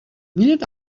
millions